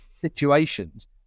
situations